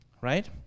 right